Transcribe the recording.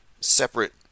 separate